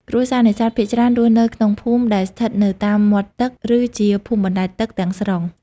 គ្រួសារនេសាទភាគច្រើនរស់នៅក្នុងភូមិដែលស្ថិតនៅតាមមាត់ទឹក ឬជា ភូមិបណ្តែតទឹក ទាំងស្រុង។